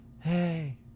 Hey